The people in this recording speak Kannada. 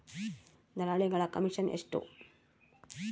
ದಲ್ಲಾಳಿಗಳ ಕಮಿಷನ್ ಎಷ್ಟು?